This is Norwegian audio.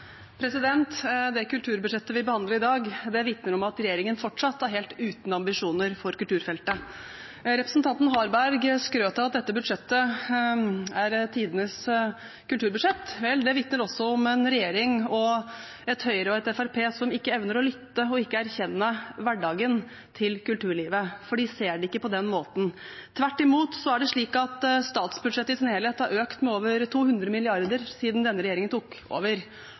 et Høyre og et Fremskrittspartiet som ikke evner å lytte og ikke erkjenne hverdagen til kulturlivet, for de ser det ikke på den måten. Tvert imot er det slik at statsbudsjettet i sin helhet har økt med over 200 mrd. kr siden denne regjeringen tok over.